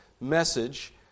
message